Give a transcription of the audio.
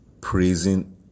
praising